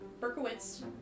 Berkowitz